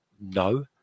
no